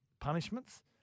punishments